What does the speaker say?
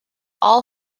all